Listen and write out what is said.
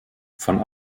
von